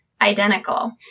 identical